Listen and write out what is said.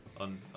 on